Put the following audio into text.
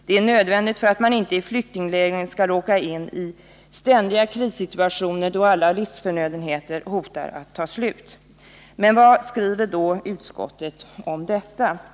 Det är nödvändigt för att man i flyktinglägren inte skall råka in i ständiga krissituationer, då alla livsförnödenheter hotar att ta slut. Vad skriver då utskottet om detta?